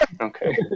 okay